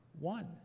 one